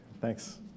Thanks